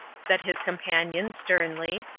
said his companion, sternly.